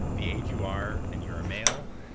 the age you are and you're male,